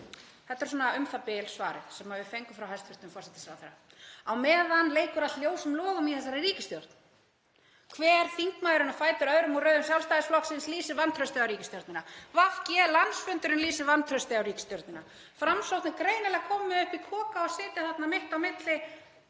Þetta er svona u.þ.b. svarið sem við fengum frá hæstv. forsætisráðherra. Á meðan leikur allt ljósum logum í þessari ríkisstjórn. Hver þingmaðurinn á fætur öðrum úr röðum Sjálfstæðisflokksins lýsir vantrausti á ríkisstjórnina. Landsfundur VG lýsir vantrausti á ríkisstjórnina. Framsókn er greinilega komin með upp í kok á að sitja þarna mitt á milli